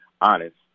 honest